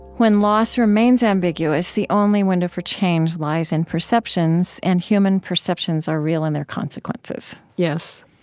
when loss remains ambiguous, the only window for change lies in perceptions. and human perceptions are real in their consequences yes.